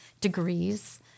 degrees